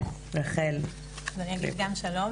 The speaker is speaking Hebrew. שלום.